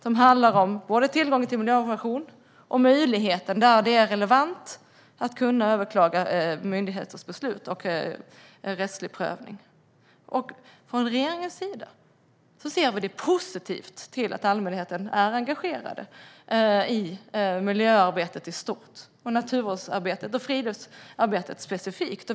Det handlar om tillgången till miljöinformation och om möjligheten att, där det är relevant, kunna överklaga myndigheters beslut och få till stånd en rättslig prövning. Från regeringens sida ser vi positivt på att allmänheten är engagerad i miljöarbetet i stort, och i naturvårdsarbetet och friluftsarbetet specifikt.